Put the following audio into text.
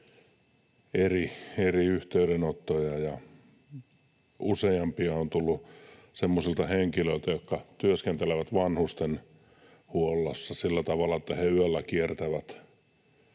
eri yhteydenottoja. Useampi on tullut semmoisilta henkilöiltä, jotka työskentelevät vanhustenhuollossa sillä tavalla, että he yöllä kiertävät